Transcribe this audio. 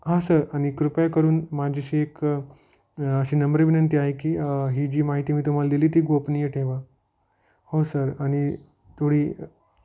हा सर आणि कृपया करून माझी शीक अशी नम्र विनंती आहे की ही जी माहिती मी तुम्हाला दिली ती गोपनीय ठेवा हो सर आणि थोडी